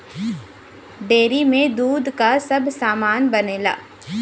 dairy में दूध क सब सामान बनेला